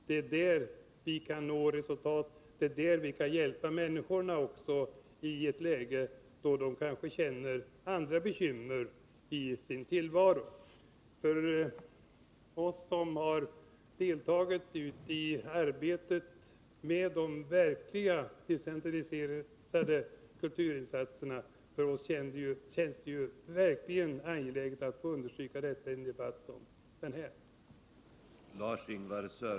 Det är där vi kan nå resultat, och det är där vi kan hjälpa människorna i ett läge då de kanske känner andra bekymmer i sin tillvaro. För oss som har deltagit i arbetet med de verkligt decentraliserade kulturinsatserna känns det verkligen angeläget att få understryka detta i en debatt som den här.